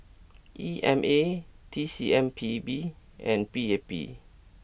E M A T C M P B and P A P